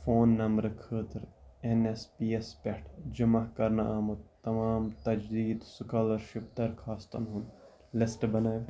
phone number خٲطرٕ N S P یَس پٮ۪ٹھ جمع کرنہٕ آمُت تمام تجدیٖد سُکالرشپ درخواستن ہُنٛد لسٹ بنٲوِتھ